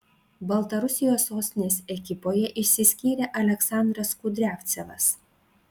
baltarusijos sostinės ekipoje išsiskyrė aleksandras kudriavcevas